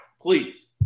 please